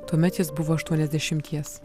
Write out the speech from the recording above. tuomet jis buvo aštuoniasdešimties